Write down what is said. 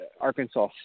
Arkansas